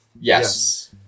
Yes